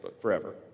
forever